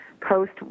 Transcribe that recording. post